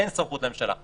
אין סמכות לממשלה.